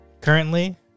Currently